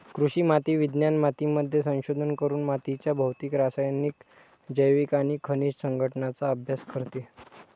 कृषी माती विज्ञान मातीमध्ये संशोधन करून मातीच्या भौतिक, रासायनिक, जैविक आणि खनिज संघटनाचा अभ्यास करते